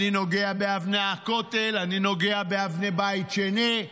אני נוגע באבני הכותל, אני נוגע באבני בית שני.